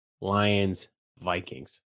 Lions-Vikings